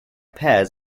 pears